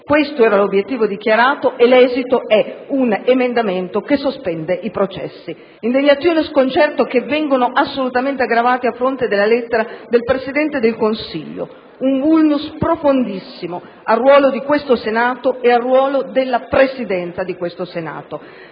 questo era l'obiettivo dichiarato e l'esito è un emendamento che sospende i processi. Indignazione e sconcerto che vengono assolutamente aggravati a fronte della lettera del Presidente del Consiglio, un *vulnus* profondissimo al ruolo di questo Senato e al ruolo della Presidenza di questo Senato.